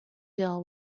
deal